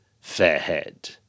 Fairhead